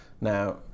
Now